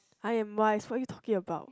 I'm wise what are you talking about